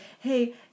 hey